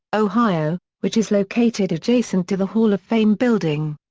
ohio, which is located adjacent to the hall of fame building.